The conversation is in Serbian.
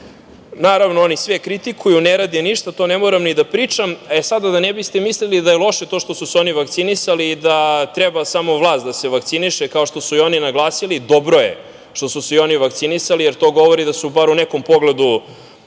Naravno, oni sve kritikuju, ne rade ništa, o tome ne moram ni da pričam. E, sada, da ne biste mislili da je loše to što su se oni vakcinisali i da treba samo vlast da se vakciniše, kao što su oni naglasili, dobro je što su se i oni vakcinisali, jer to govori da su bar u nekom pogledu